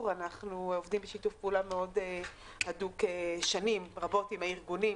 אנחנו עובדים בשיתוף פעולה הדוק מאוד כבר שנים רבות עם הארגונים.